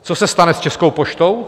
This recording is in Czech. Co se stane s Českou poštou?